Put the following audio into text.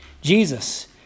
Jesus